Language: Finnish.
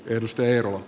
elvis tervo